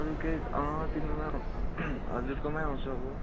अरू केही तिम्रोमा हजुरकोमै आउँछु अब